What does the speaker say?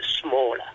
smaller